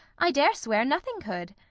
i dare swear nothing could.